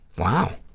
wow,